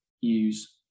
use